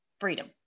Freedom